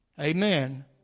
Amen